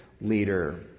leader